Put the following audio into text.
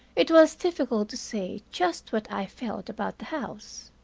it was difficult to say just what i felt about the house.